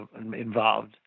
involved